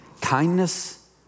kindness